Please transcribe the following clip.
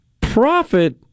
profit